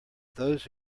those